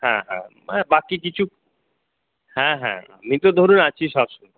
হ্যাঁ হ্যাঁ বাকি কিছু হ্যাঁ হ্যাঁ আমি তো ধরুন আছি সবসময়